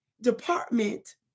Department